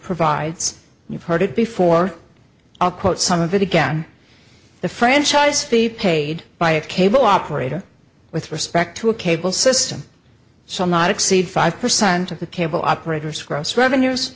provides you've heard it before i'll quote some of it again the franchise fee paid by a cable operator with respect to a cable system so not exceed five percent of the cable operators gross revenues